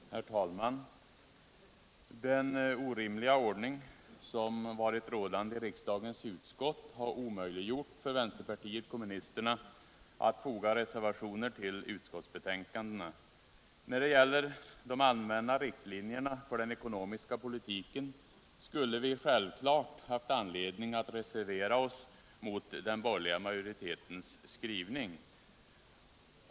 Herr talman! Den orimliga ordning som varit rådande i riksdagens utskott har omöjliggjort för vänsterpartiet kommunisterna att foga reservationer till utskottsbetänkandena. När det gäller de allmänna riktlinjerna för den ekonomiska politiken skulle vi självklart ha haft anledning att reservera oss mot den borgerliga utskottsmajoritetens skrivning.